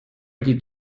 did